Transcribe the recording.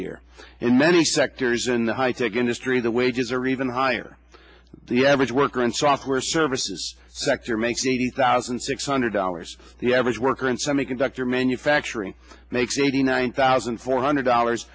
year in many sectors in the high tech industry the wages are even higher the average worker in software services sector makes eighty thousand six hundred dollars the average worker in semiconductor manufacturing makes eighty nine thousand four hundred dollars